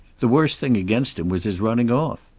the worst thing against him was his running off.